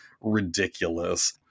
ridiculous